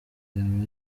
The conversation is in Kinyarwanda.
byaba